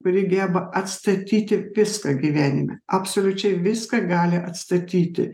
kuri geba atstatyti viską gyvenime absoliučiai viską gali atstatyti